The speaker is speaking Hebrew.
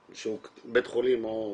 שהוא בית חולים או --- לא,